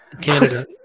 Canada